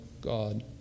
God